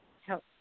help